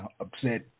upset